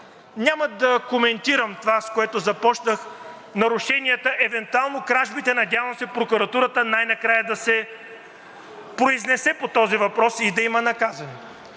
Няма да коментирам това, с което започнах. Нарушенията, евентуално кражбите, надявам се прокуратурата най-накрая да се произнесе по този въпрос и да има наказани,